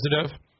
positive